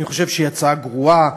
אני חושב שהיא הצעה גרועה,